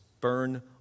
Burn